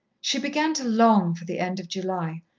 she began to long for the end of july,